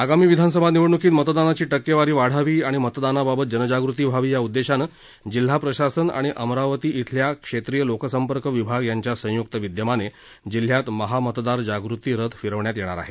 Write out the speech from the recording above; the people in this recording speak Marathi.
आगामी विधानसभा निवडण्कीत मतदानाची टक्केवारी वाढावी आणि मतदानाबाबत जनजागृती व्हावी या उद्देशाने जिल्हा प्रशासन आणि अमरावती इथल्या क्षेत्रीय लोकसंपर्क विभाग यांच्या संय्क्त विद्यमाने जिल्ह्यात महा मतदार जागृती रथ फिरवण्यात येणार आहे